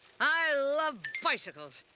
i love bicycles!